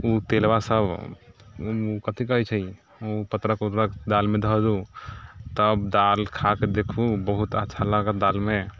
ओ तेलबा सभ कथी कहैत छै पत्रक उत्रक दालमे धऽ दू तब दालि खाके देखू बहुत अच्छा लागत दालिमे